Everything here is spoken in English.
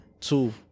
two